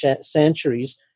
centuries